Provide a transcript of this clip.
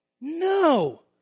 No